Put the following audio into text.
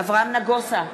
אברהם נגוסה,